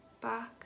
back